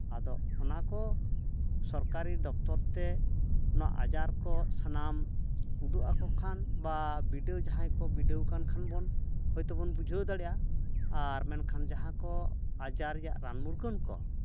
ᱟᱫᱚ ᱚᱱᱟ ᱠᱚ ᱥᱚᱨᱠᱟᱨᱤ ᱫᱚᱯᱛᱚᱨ ᱛᱮ ᱚᱱᱟ ᱟᱡᱟᱨ ᱠᱚ ᱥᱟᱱᱟᱢ ᱩᱫᱩᱜᱼᱟᱠᱚ ᱠᱷᱟᱱ ᱵᱟ ᱵᱤᱰᱟᱹᱣ ᱡᱟᱦᱟᱸᱭ ᱠᱚ ᱵᱤᱰᱟᱹᱣ ᱠᱟᱱ ᱠᱷᱟᱱ ᱵᱚᱱ ᱦᱳᱭᱛᱳ ᱵᱚᱱ ᱵᱩᱡᱷᱟᱹᱣ ᱫᱟᱲᱮᱭᱟᱜᱼᱟ ᱟᱨ ᱢᱮᱱᱠᱷᱟᱱ ᱡᱟᱦᱟᱸ ᱠᱚ ᱟᱡᱟᱨ ᱨᱮᱭᱟᱜ ᱨᱟᱱ ᱢᱩᱨᱜᱟᱹᱱ ᱠᱚ